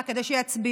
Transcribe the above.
רק כדי שיצביעו.